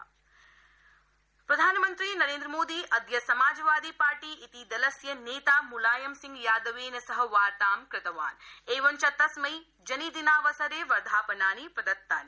मुलायम सिंह प्रधानमंत्री नरेन्द्र मोदी अद्य समाजवादी पार्टीति दलस्य नेता मुलायम सिंह यादवेन सह वातीं कृतवान् एवञ्च तस्मै जनिदिनावसरे वर्धापनानि प्रदत्तानि